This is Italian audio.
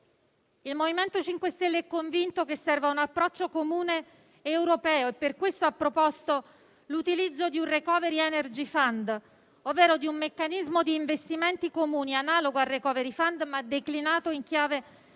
Il MoVimento 5 Stelle è convinto che serva un approccio comune europeo. Per questo ha proposto l'utilizzo di un *recovery energy fund*, ovvero un meccanismo di investimenti comuni analogo al *recovery fund*, ma declinato in chiave energetica,